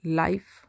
life